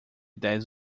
dez